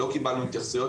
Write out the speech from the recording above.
לא קיבלנו התייחסויות,